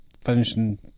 Finishing